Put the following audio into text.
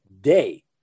day